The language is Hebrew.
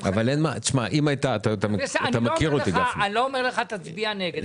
אני לא אומר לך תצביע נגד.